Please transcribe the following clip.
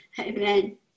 Amen